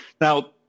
Now